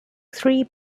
three